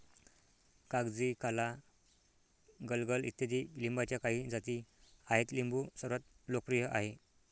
कागजी, काला, गलगल इत्यादी लिंबाच्या काही जाती आहेत लिंबू सर्वात लोकप्रिय आहे